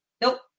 Nope